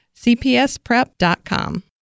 cpsprep.com